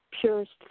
purest